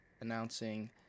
announcing